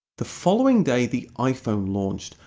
the following day the iphone launched,